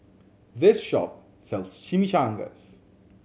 this shop sells Chimichangas